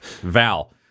Val